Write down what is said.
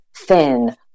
thin